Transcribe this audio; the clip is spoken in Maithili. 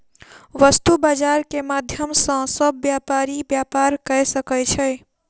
वस्तु बजार के माध्यम सॅ सभ व्यापारी व्यापार कय सकै छै